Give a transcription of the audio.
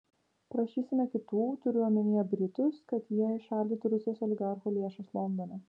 prašysime kitų turiu omenyje britus kad jie įšaldytų rusijos oligarchų lėšas londone